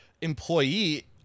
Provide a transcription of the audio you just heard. employee